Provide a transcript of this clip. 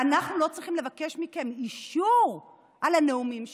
אנחנו לא צריכים לבקש מכם אישור על הנאומים שלנו.